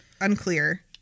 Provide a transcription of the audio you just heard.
unclear